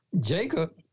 Jacob